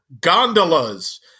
Gondolas